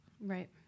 Right